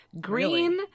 green